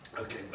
Okay